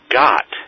got